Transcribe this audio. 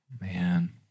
Man